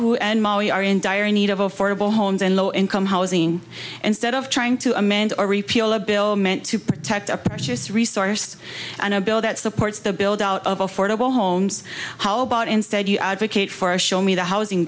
who are in dire need of affordable homes and low income housing instead of trying to amend or repeal a bill meant to protect our precious resource and a bill that supports the buildout of affordable homes how about instead you advocate for a show me the housing